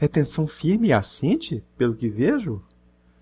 é tenção firme e assente pelo que vejo